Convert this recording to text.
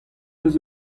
eus